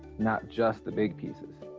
not just the big pieces.